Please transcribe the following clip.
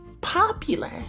popular